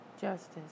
justice